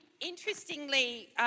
interestingly